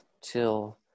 till